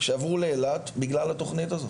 שעברו לאילת בגלל התכנית הזאת.